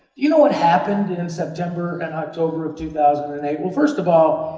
you know what happened in september and october of two thousand and eight? well, first of all,